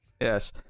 Yes